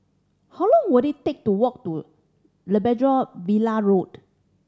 how long will it take to walk to Labrador Villa Road